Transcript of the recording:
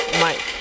Mike